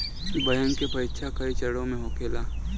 bank के परीक्षा कई चरणों में होखेला